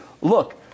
look